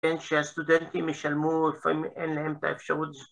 ‫שסטודנטים ישלמו, לפעמים ‫אין להם את האפשרות.